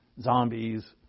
zombies